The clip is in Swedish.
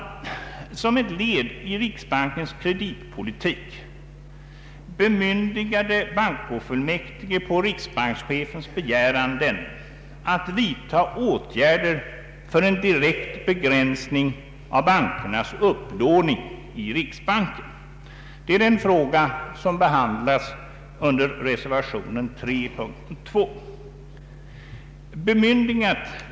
Såsom ett led i riksbankens kreditpolitik bemyndigade bankofullmäktige på riksbankschefens begäran denne att vidta åtgärder för en direkt begränsning av bankernas upplåning i riksbanken. Det är denna fråga som behandlas i reservation 3 under punkten 2.